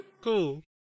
cool